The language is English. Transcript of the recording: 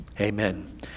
Amen